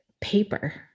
paper